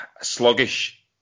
sluggish